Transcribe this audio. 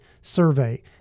survey